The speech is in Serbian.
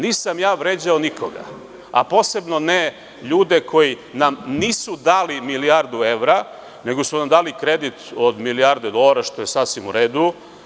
Nisam ja vređao nikoga, a posebno ne ljude koji nam nisu dali milijardu evra, nego su nam dali kredit od milijarde dolara što je sasvim u redu.